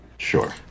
sure